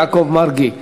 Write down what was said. יעקב מרגי.